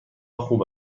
خوب